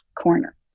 corner